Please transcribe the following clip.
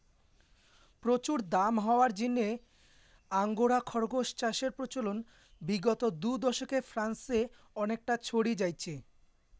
প্রচুর দাম হওয়ার জিনে আঙ্গোরা খরগোস চাষের প্রচলন বিগত দু দশকে ফ্রান্সে অনেকটা ছড়ি যাইচে